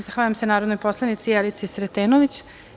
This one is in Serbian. Zahvaljujem se narodnoj poslanici Jelici Sretenović.